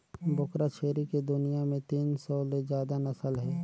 बोकरा छेरी के दुनियां में तीन सौ ले जादा नसल हे